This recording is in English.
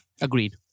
Agreed